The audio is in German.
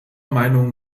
meinung